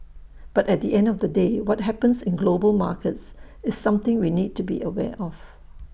but at the end of the day what happens in global markets is something we need to be aware of